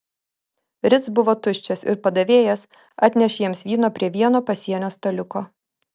ritz buvo tuščias ir padavėjas atnešė jiems vyno prie vieno pasienio staliuko